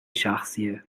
شخصیه